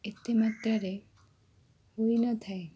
ଏତେ ମାତ୍ରାରେ ହୋଇନଥାଏ